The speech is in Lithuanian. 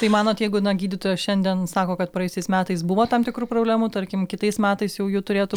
tai manot jeigu na gydytojas šiandien sako kad praėjusiais metais buvo tam tikrų problemų tarkim kitais metais jau jų turėtų